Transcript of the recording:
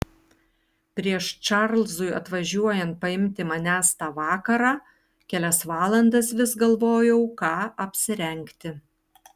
prieš čarlzui atvažiuojant paimti manęs tą vakarą kelias valandas vis galvojau ką apsirengti